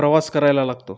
प्रवास करायला लागतो